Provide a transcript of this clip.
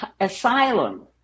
asylum